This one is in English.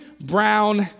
brown